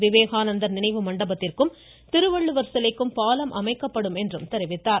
விவேகானந்தர் நினைவு மண்டபத்திற்கும் திருவள்ளுவர் சிலைக்கும் பாலம் அமைக்கப்படும் என்றும் தெரிவித்தார்